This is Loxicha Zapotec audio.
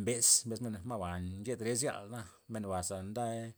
mbez' ma' ba ze nda.